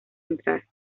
entrar